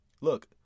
Look